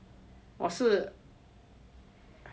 我是